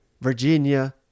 Virginia